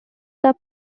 that